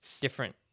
different